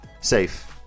safe